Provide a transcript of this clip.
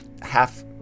half